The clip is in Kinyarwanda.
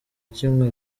kimwe